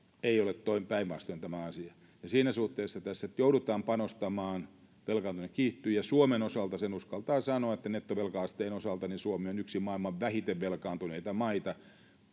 ei ole päinvastoin tämä asia siinä suhteessa tässä nyt joudutaan panostamaan velkaantuminen kiihtyy ja suomen osalta uskaltaa sanoa sen että nettovelka asteen osalta suomi on yksi maailman vähiten velkaantuneita maita